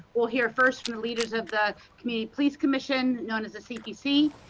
well here first from leaders of the community police commission. known as the cpc,